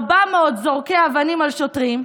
400 זורקי אבנים על שוטרים,